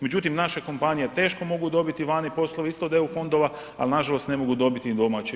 Međutim, naše kompanije teško mogu dobiti vani poslove isto od EU fondova, al nažalost ne mogu dobiti ni domaće.